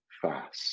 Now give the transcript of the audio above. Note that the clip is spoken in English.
fast